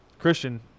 christian